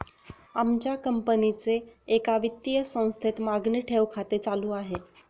आमच्या कंपनीचे एका वित्तीय संस्थेत मागणी ठेव खाते चालू आहे